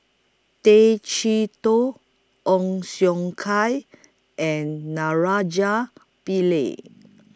Tay Chee Toh Ong Siong Kai and Pillai